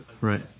Right